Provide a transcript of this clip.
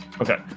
okay